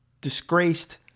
disgraced